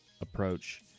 approach